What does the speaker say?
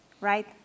right